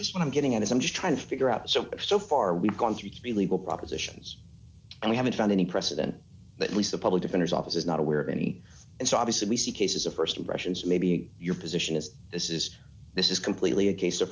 just what i'm getting at is i'm just trying to figure out so so far we've gone through three legal propositions and we haven't found any precedent but least the public defender's office is not aware of any and so obviously we see cases of st impressions maybe your position is this is this is completely a case of